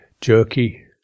jerky